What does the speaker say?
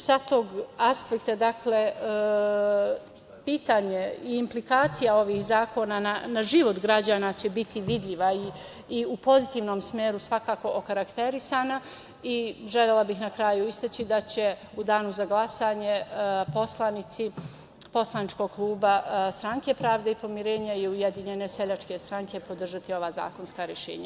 Sa tog aspekta pitanje i implikacija ovih zakona na život građana će biti vidljiv, a i u pozitivnom smeru svakako okarakterisana i želela bih na kraju istaći da će u danu za glasanje poslanici poslaničkog kluba Stranke pravde i pomirenja i Ujedinjene seljačke stranke podržati ova zakonska rešenja.